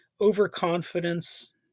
overconfidence